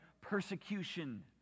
persecution